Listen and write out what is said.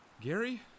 Gary